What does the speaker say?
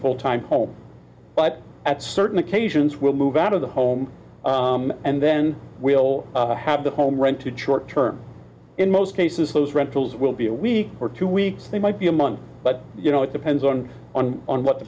full time home but at certain occasions we'll move out of the home and then we'll have the home rented short term in most cases those rentals will be a week or two weeks they might be a month but you know it depends on on on what the